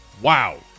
wow